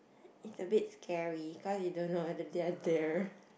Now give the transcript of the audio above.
it's a bit scary cause you don't know if they are there